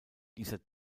dieser